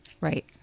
right